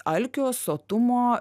alkio sotumo